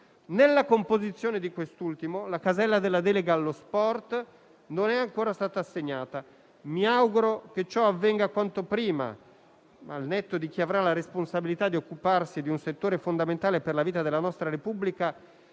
Nella composizione di quest'ultimo, la casella della delega allo sport non è ancora stata assegnata. Mi auguro che ciò avvenga quanto prima. Al netto di chi avrà la responsabilità di occuparsi di un settore fondamentale per la vita della nostra Repubblica,